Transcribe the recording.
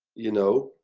you know,